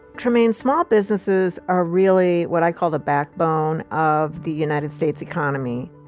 trymaine, small businesses are really what i call the backbone of the united states economy.